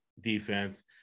defense